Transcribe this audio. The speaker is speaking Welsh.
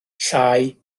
llai